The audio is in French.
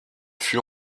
fut